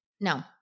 no